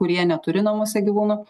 kurie neturi namuose gyvūno